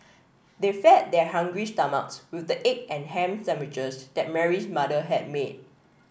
they fed their hungry stomachs with the egg and ham sandwiches that Mary's mother had made